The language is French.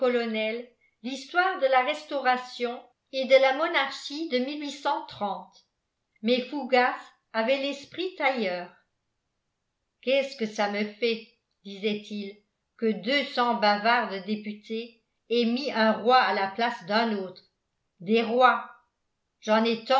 l'histoire de la restauration et de la monarchie de mais fougas avait l'esprit ailleurs qu'est-ce que ça me fait disait-il que deux cents bavards de députés aient mis un roi à la place d'un autre des rois j'en ai